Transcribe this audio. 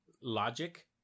logic